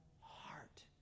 heart